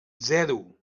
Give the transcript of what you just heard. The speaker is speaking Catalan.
zero